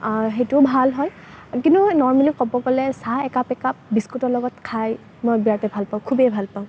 সেইটোও ভাল হয় কিন্তু নৰ্মেলি ক'ব গ'লে চাহ একাপ একাপ বিস্কুটৰ লগত খাই মই বিৰাটেই ভাল পাওঁ খুবেই ভাল পাওঁ